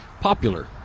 popular